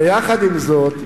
יחד עם זאת,